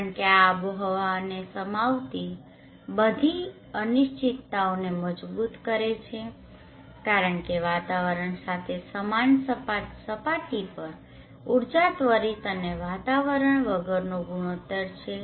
કારણ કે આ આબોહવાને સમાવતી બધી અનિશ્ચિતતાઓને મજબૂત કરે છે કારણ કે તે વાતાવરણ સાથે સમાન સપાટ સપાટી પર ઊર્જા ત્વરિત અને વાતાવરણ વગરનો ગુણોત્તર છે